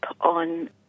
on